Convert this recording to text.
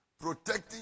protecting